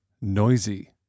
noisy